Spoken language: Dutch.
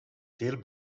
veel